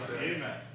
Amen